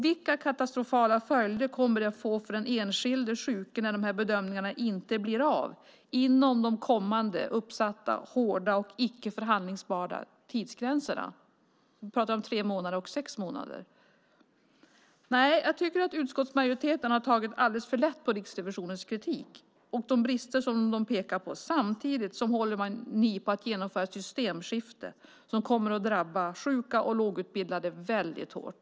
Vilka katastrofala följder kommer det att bli för den enskilde sjuke när bedömningarna inte blir av inom de kommande uppsatta, hårda och icke förhandlingsbara tidsgränserna? Ni pratar om tre månader och sex månader. Jag tycker att utskottsmajoriteten har tagit alldeles för lätt på Riksrevisionens kritik och de brister som man pekar på. Samtidigt håller ni på att genomföra ett systemskifte som kommer att drabba sjuka och lågutbildade hårt.